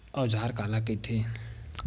औजार काला कइथे?